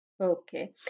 Okay